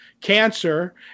cancer